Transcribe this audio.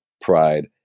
pride